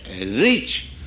reach